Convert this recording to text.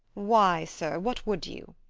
why, sir, what would you?